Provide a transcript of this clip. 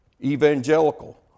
Evangelical